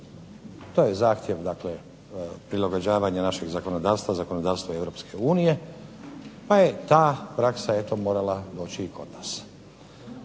To je zahtjev dakle prilagođavanja našeg zakonodavstva zakonodavstvu EU pa je ta praksa eto morala doći i kod nas.